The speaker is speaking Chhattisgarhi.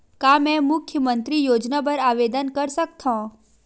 का मैं मुख्यमंतरी योजना बर आवेदन कर सकथव?